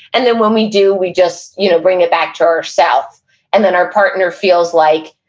and then when we do, we just, you know, bring it back to ourself, and then our partner feels like,